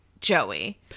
Joey